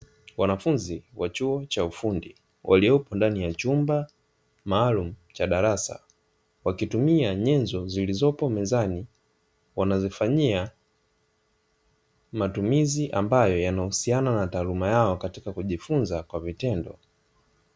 Wanafunzi wa chuo cha ufundi waliopo ndani ya chumba maalumu cha darasa wakitumia nyenzo zilizopo mezani wanazitumia na mambo ambayo yanahusiana na taaluma yao katika kujifunza kwa vitendo.